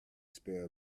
spur